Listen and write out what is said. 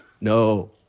no